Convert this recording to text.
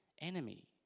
enemy